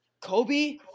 Kobe